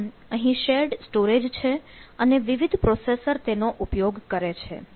તો આમ અહીં શેર્ડ સ્ટોરેજ છે અને વિવિધ પ્રોસેસર તેનો ઉપયોગ કરે છે